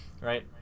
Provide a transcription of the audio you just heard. right